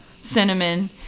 cinnamon